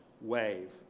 wave